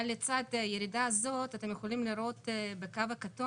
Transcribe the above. אבל לצד הירידה הזאת אתם יכולים לראות בקו הכתום